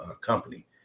company